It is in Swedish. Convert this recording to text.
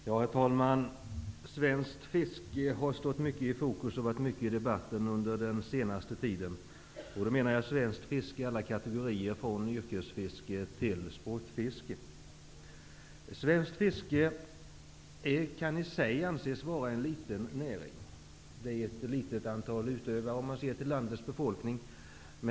Herr talman! Svenskt fiske har stått mycket i fokus och varit uppe mycket i debatten under den senaste tiden. Då menar jag svenskt fiske alla kategorier från yrkesfiske till sportfiske. Svenskt fiske kan i sig anses vara en liten näring. Det finns ett litet antal utövare om man ser till landets befolkning.